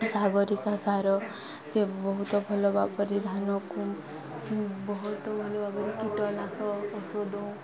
Sagarika sir ସେ ବହୁତ ଭଲ ଭାବରେ ଧାନକୁ ବହୁତ ଭଲ ଭାବରେ କୀଟନାଶକ ଔଷଧ ଦଉ